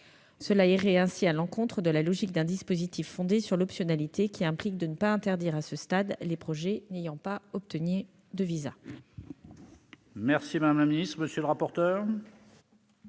Cela irait donc à l'encontre de la logique d'un dispositif fondé sur l'optionalité, qui implique de ne pas interdire, à ce stade, les projets n'ayant pas obtenu de visa.